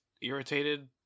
irritated